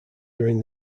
during